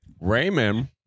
Raymond